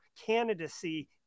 candidacy